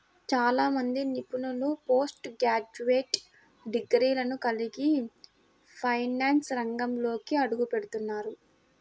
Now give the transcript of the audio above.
చాలా మంది నిపుణులు పోస్ట్ గ్రాడ్యుయేట్ డిగ్రీలను కలిగి ఫైనాన్స్ రంగంలోకి అడుగుపెడుతున్నారు